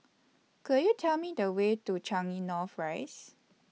Could YOU Tell Me The Way to Changi North Rise